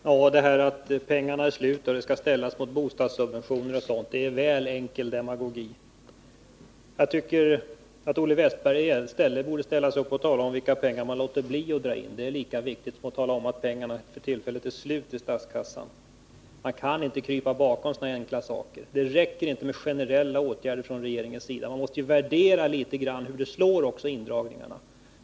Herr talman! Att pengarna är slut och att anslaget skall ställas mot bostadssubventioner och sådant är litet väl enkel demagogi. Jag tycker att Olle Wästberg i Stockholm i stället borde ställa sig upp och tala om vilka pengar som man låter bli att dra in. Det är lika viktigt som att tala om att pengarna för tillfället är slut i statskassan. Man kan inte krypa bakom så enkla resonemang. Det räcker inte med generelia åtgärder från regeringens sida. Man måste också litet grand värdera hur indragningarna slår.